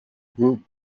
group